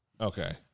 Okay